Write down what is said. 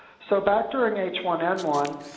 so back during h one n one,